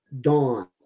Dawn